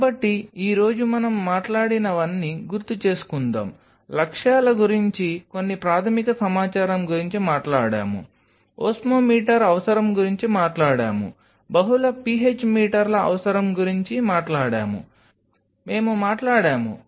కాబట్టి ఈ రోజు మనం మాట్లాడినవన్నీ గుర్తుచేసుకుందాం లక్ష్యాల గురించి కొన్ని ప్రాథమిక సమాచారం గురించి మాట్లాడాము ఓస్మోమీటర్ అవసరం గురించి మాట్లాడాము బహుళ PH మీటర్ల అవసరం గురించి మాట్లాడాము మేము మాట్లాడాము